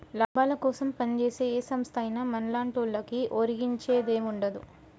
లాభాలకోసం పంజేసే ఏ సంస్థైనా మన్లాంటోళ్లకు ఒరిగించేదేముండదు